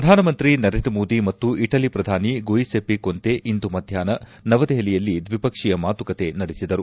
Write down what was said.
ಪ್ರಧಾನಮಂತ್ರಿ ನರೇಂದ್ರ ಮೋದಿ ಮತ್ತು ಇಟಲಿ ಪ್ರಧಾನಿ ಗುಯಿಸೆಪಿ ಕೊಂತೆ ಇಂದು ಮಧ್ಯಾಪ್ನ ನವದೆಹಲಿಯಲ್ಲಿ ದ್ವಿಪಕ್ಷೀಯ ಮಾತುಕತೆ ನಡೆಸಿದರು